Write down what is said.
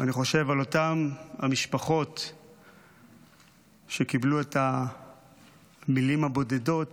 ואני חושב על אותן המשפחות שקיבלו את המילים הבודדות